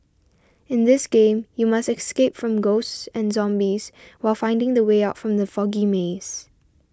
in this game you must escape from ghosts and zombies while finding the way out from the foggy maze